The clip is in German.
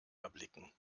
erblicken